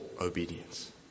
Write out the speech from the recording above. obedience